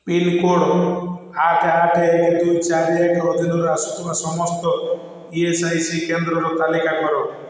pincode ଆଠ ଆଠ ଏକ ଦୁଇ ଚାରି ଏକ ଅଧୀନରେ ଆସୁଥିବା ସମସ୍ତ ଇ ଏସ୍ ଆଇ ସି କେନ୍ଦ୍ରର ତାଲିକା କର